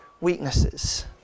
weaknesses